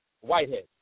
Whitehead